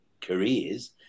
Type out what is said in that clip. careers